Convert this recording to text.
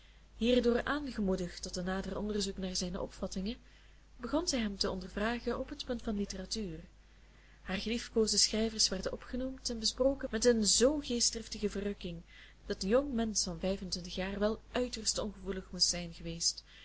hierdoor aangemoedigd tot een nader onderzoek naar zijne opvattingen begon zij hem te ondervragen op het punt van literatuur haar geliefkoosde schrijvers werden opgenoemd en besproken met een zoo geestdriftige verrukking dat een jong mensch van vijf en twintig jaar wel uiterst ongevoelig moest zijn geweest